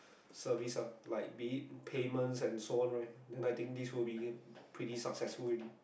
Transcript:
service lah like being payment and so on right then I think this would be pretty successful already